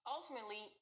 Ultimately